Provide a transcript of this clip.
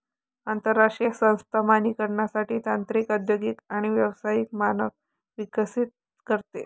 आंतरराष्ट्रीय संस्था मानकीकरणासाठी तांत्रिक औद्योगिक आणि व्यावसायिक मानक विकसित करते